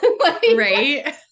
Right